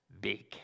big